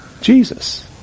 Jesus